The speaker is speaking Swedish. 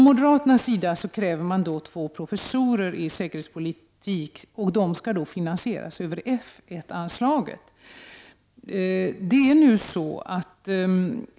Moderaterna kräver två professurer i säkerhetspolitik, och de skall finansieras över F 1-anslaget.